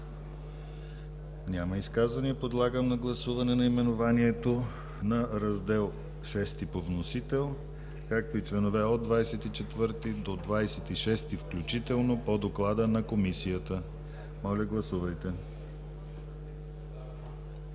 Няма. Подлагам на гласуване наименованието на Раздел VI по вносител, както и членове от 24 до 26 включително по доклада на Комисията. Моля, гласувайте.